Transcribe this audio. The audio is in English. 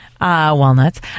walnuts